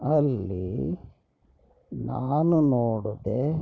ಅಲ್ಲಿ ನಾನು ನೋಡಿದೆ